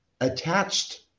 attached